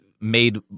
made